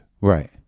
Right